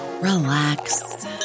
relax